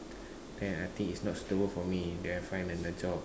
then I think is not suitable for me then I find another job